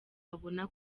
abona